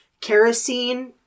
Kerosene